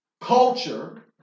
culture